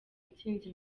intsinzi